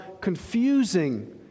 confusing